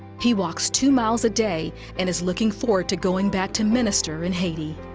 he walks two miles a day and is looking forward to going back to minister in haiti.